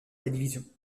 télévision